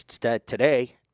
today